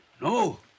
No